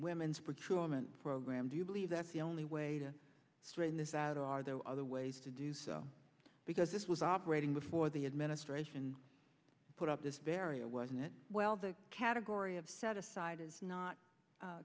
woman program do you believe that's the only way to straighten this out or are there other ways to do so because this was operating before the administration put up this barrier was it well the category of set aside is not